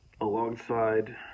alongside